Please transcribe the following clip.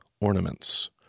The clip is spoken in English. ornaments